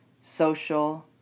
social